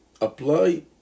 apply